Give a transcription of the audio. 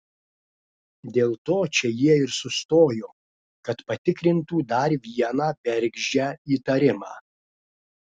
dėl to čia jie ir sustojo kad patikrintų dar vieną bergždžią įtarimą